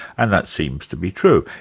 and that seems to be true.